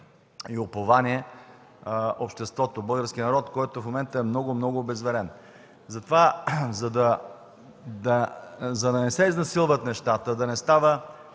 и упование обществото и българският народ, който в момента е много, много обезверен. За да не се изнасилват нещата, за да не става